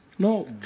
No